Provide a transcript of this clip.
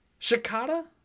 Shikata